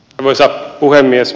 arvoisa puhemies